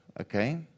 okay